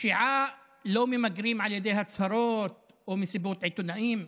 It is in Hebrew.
פשיעה לא ממגרים על ידי הצהרות או מסיבות עיתונאים.